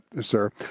sir